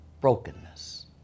brokenness